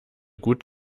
gut